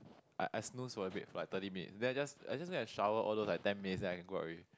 I I snooze for a bit for like thirty minute then I just I just go and shower all those like ten minute then I can go out already